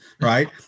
Right